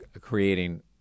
creating